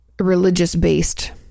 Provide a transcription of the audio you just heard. religious-based